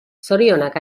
zorionak